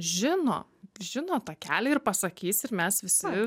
žino žino takelį ir pasakys ir mes visi